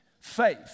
Faith